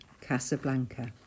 Casablanca